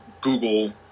Google